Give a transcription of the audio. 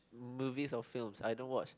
movie or film I don't watch